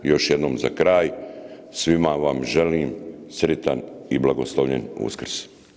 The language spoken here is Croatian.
I još jednom za kraj svima vam želim sritan i blagoslovljen Uskrs.